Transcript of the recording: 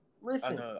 Listen